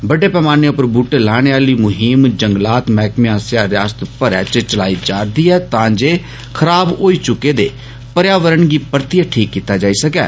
बड्डे पैमाने उप्पर ब्रहटे लाने आली मुहिम जंगलात मैहकमे आस्सेआ रियासत भरै च चलाई जारदी ऐ तां जे खराब होई चुके दे पर्यावरण गी परतियै ठीक कीता जाई सकै